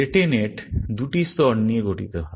রেটে নেট দুটি স্তর দিয়ে গঠিত হয়